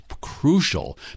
crucial